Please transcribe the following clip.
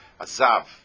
Azav